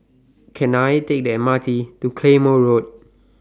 Can I Take The M R T to Claymore Road